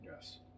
Yes